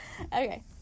Okay